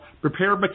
Prepare